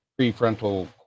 prefrontal